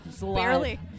Barely